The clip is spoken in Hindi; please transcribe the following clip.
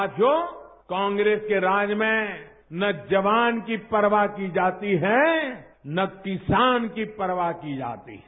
साथियों कांग्रेस के राज में न जवान की परवाह की जाती है न किसान की परवाह की जाती है